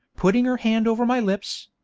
putting her hand over my lips,